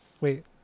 Wait